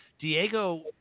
Diego